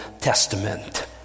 Testament